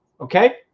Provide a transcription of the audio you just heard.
okay